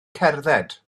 cerdded